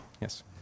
Yes